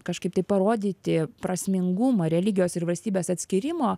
kažkaip tai parodyti prasmingumą religijos ir valstybės atskyrimo